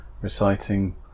reciting